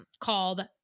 called